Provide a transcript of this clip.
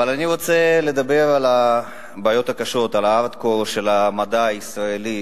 אבל אני רוצה לדבר על הבעיות הקשות עד כה של המדע הישראלי.